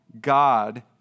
God